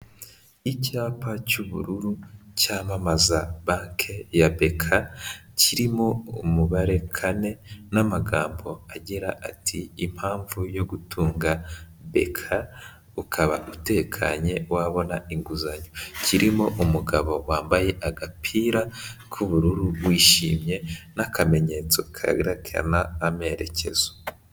Icyapa cy'ubururu cyamamaza banke ya BK kirimo umubare kane n'amagambo agira ati impamvu yo gutunga BK ukaba utekanye wabona inguzanyo kirimo umugabo wambaye agapira k'ubururu wishimye n'akamenyetso kerekana amerekezo.